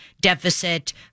deficit